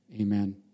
Amen